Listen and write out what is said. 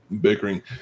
bickering